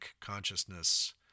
consciousness